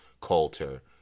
Coulter